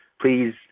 please